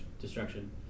destruction